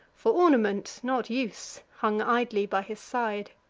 for ornament, not use, hung idly by his side.